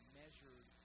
measured